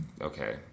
okay